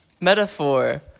metaphor